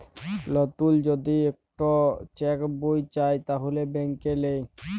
লতুল যদি ইকট চ্যাক বই চায় তাহলে ব্যাংকে লেই